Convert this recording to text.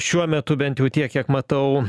šiuo metu bent jau tiek kiek matau